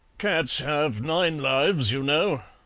cats have nine lives, you know,